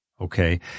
Okay